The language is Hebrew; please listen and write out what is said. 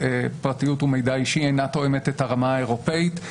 פרטיות ומידע אישי אינה תואמת את הרמה האירופאית.